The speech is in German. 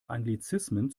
anglizismen